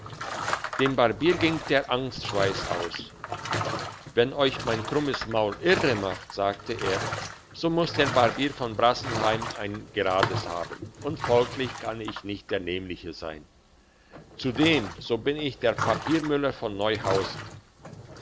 dem barbier ging der angstschweiss aus wenn euch mein krummes maul irre macht sagte er so muss der barbier von brassenheim ein gerades haben und folglich kann ich nicht der nämliche sein zudem so bin ich der papiermüller von neuhausen